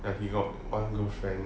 ya he got one girlfriend